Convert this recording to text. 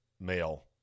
male